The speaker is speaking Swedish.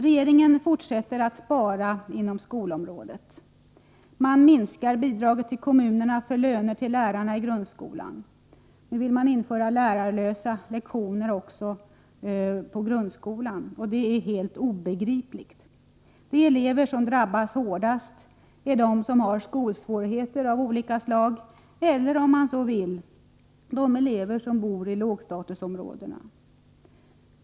Regeringen fortsätter att spara inom skolområdet. Man minskar bidraget till kommunerna för löner till lärarna i grundskolan. Nu vill man införa lärarlösa lektioner också på grundskolan. Det är helt obegripligt. De elever som drabbas hårdast är de som har skolsvårigheter av olika slag eller — om man så vill — de elever som bor i lågstatusområden.